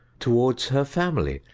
towards her family,